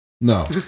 No